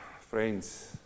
Friends